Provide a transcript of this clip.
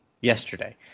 Yesterday